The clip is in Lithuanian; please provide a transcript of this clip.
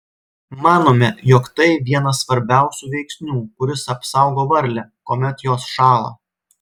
manome jog tai vienas svarbiausių veiksnių kuris apsaugo varlę kuomet jos šąla